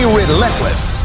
relentless